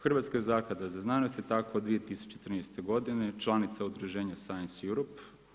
Hrvatska zaklada za znanost je tako u 2014. godine članica udruženje Sience Europe.